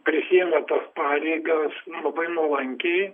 prisiimė tos pareigas labai nuolankiai